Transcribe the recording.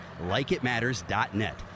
LikeItMatters.net